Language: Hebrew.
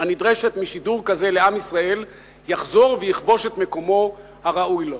הנדרשת משידור כזה לעם ישראל יחזור ויכבוש את מקומו הראוי לו.